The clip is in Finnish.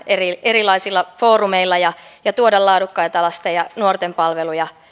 erilaisilla foorumeilla ja tuomaan laadukkaita lasten ja nuorten palveluja